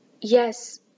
Yes